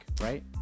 right